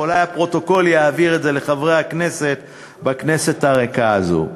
אולי הפרוטוקול יעביר את זה לחברי הכנסת בכנסת הריקה הזאת.